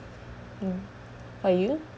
mm for you